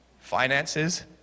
finances